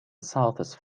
southeast